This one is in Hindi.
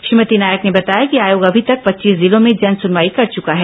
श्रीमती नायक ने बताया कि ॅआयोग अभी तक पच्चीस जिलों में जनसुनवाई कर चुका है